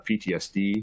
PTSD